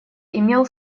имел